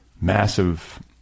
massive